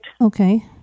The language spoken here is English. Okay